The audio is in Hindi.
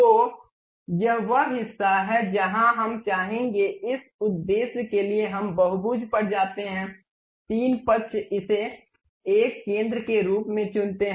तो यह वह हिस्सा है जहाँ हम चाहेंगे इस उद्देश्य के लिए हम बहुभुज पर जाते हैं 3 पक्ष इसे एक केंद्र के रूप में चुनते हैं